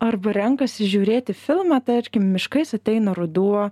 arba renkasi žiūrėti filmą tarkim miškais ateina ruduo